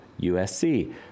USC